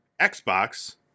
Xbox